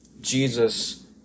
Jesus